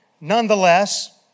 nonetheless